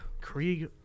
Krieg